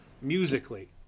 musically